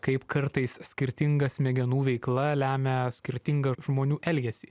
kaip kartais skirtinga smegenų veikla lemia skirtingą žmonių elgesį